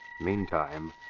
Meantime